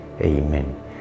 Amen